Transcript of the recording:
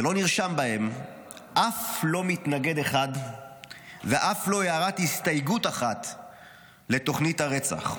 ולא נרשמו בהם אף לא מתנגד אחד ואף לא הערת הסתייגות אחת לתוכנית הרצח.